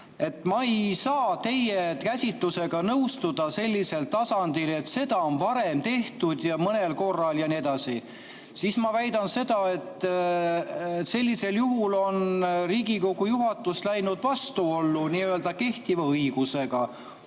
Ma ei saa teie käsitlusega nõustuda sellisel tasandil, et seda on varem tehtud ja mõnel korral ja nii edasi. Ma väidan seda, et sellisel juhul on Riigikogu juhatus läinud vastuollu kehtiva õigusega.